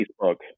Facebook